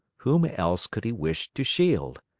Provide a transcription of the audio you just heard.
whom else could he wish to shield?